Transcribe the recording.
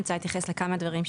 אני רוצה להתייחס לכמה דברים שעלו.